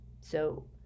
So